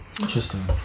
Interesting